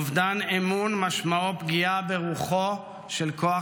אובדן אמון משמעו פגיעה ברוחו של כוח